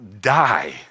die